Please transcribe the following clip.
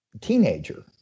teenager